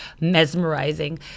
mesmerizing